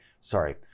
sorry